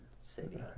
city